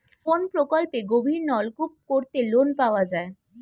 কোন প্রকল্পে গভির নলকুপ করতে লোন পাওয়া য়ায়?